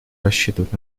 рассчитывать